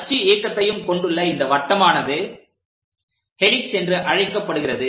அச்சு இயக்கத்தையும் கொண்டுள்ள இந்த வட்டமானது ஹெலிக்ஸ் என்று அழைக்கப்படுகிறது